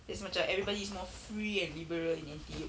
there's macam everybody is more free and liberal in N_T_U